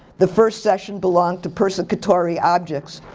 the first session belonged to persecutory objects.